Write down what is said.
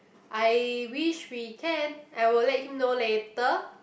I wish we can I will let him know later